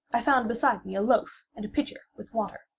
i found beside me a loaf and a pitcher with water.